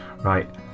Right